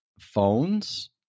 phones